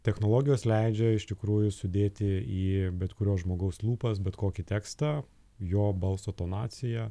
technologijos leidžia iš tikrųjų sudėti į bet kurio žmogaus lūpas bet kokį tekstą jo balso tonacija